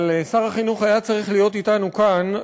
אבל שר החינוך היה צריך להיות אתנו כאן,